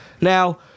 Now